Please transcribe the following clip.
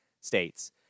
states